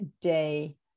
day